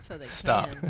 stop